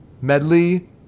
medley